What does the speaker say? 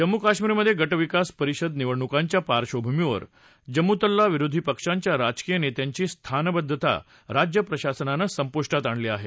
जम्मू कश्मीरमधे गटविकास परिषद निवडणुकांच्या पार्धभूमीवर जम्मुतल्या विरोधी पक्षांच्या राजकीय नेत्यांची स्थानबद्धता राज्य प्रशासनानं संपुष्टात आणली आहे